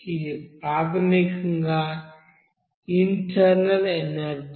ఇది ప్రాథమికంగా internal energy